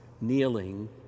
kneeling